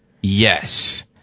yes